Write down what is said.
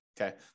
Okay